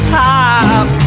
top